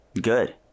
Good